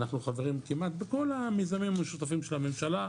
אנחנו חברים כמעט בכל המיזמים המשותפים של הממשלה.